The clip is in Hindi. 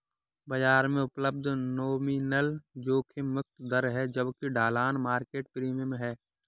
बाजार में उपलब्ध नॉमिनल जोखिम मुक्त दर है जबकि ढलान मार्केट प्रीमियम है